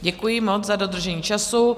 Děkuji moc za dodržení času.